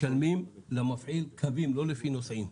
משלמים למפעיל קווים, לא לפי נוסעים.